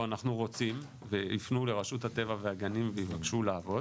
'אנחנו רוצים' ויפנו לרשות הטבע והגנים ויבקשו לעבוד,